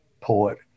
poet